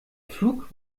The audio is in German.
flug